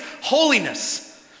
holiness